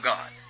God